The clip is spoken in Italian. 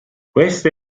queste